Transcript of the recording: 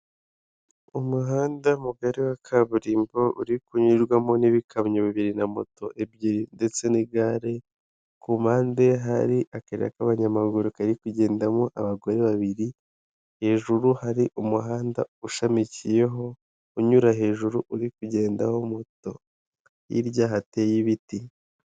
Umuhanda mugari wa kaburimbo uri kunyurwamo n'ibikamyo bibiri na moto ebyiri ndetse n'igare. Ku mpande hari akayira k'abanyamaguru kari kugendamo abagore babiri, hejuru hari umuhanda ushamikiyeho unyura hejuru uri kugendaho moto hirya hateye ibiti.